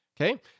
Okay